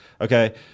Okay